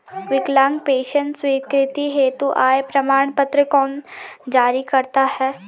विकलांग पेंशन स्वीकृति हेतु आय प्रमाण पत्र कौन जारी करता है?